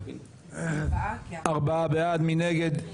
4. מי נגד?